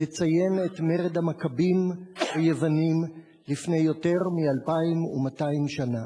לציין את מרד המכבים ביוונים לפני יותר מ-2,200 שנה.